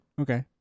Okay